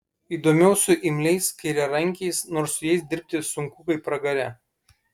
įdomiau su imliais kairiarankiais nors su jais dirbti sunku kaip pragare